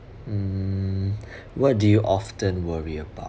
mm what do you often worry about